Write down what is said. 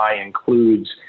includes